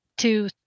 Two